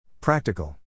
practical